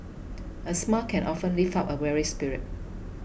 a smile can often lift up a weary spirit